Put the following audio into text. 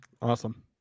Awesome